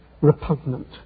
repugnant